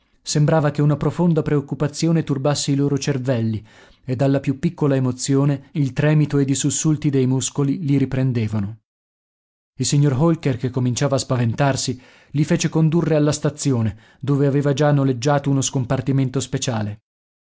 sembrava che una profonda preoccupazione turbasse i loro cervelli ed alla più piccola emozione il tremito ed i sussulti dei muscoli li riprendevano il signor holker che cominciava a spaventarsi li fece condurre alla stazione dove aveva già noleggiato uno scompartimento speciale